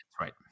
Right